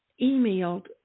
emailed